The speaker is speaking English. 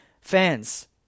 fans